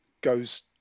goes